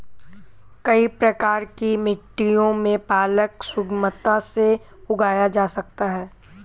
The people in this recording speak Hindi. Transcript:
कई प्रकार की मिट्टियों में पालक सुगमता से उगाया जा सकता है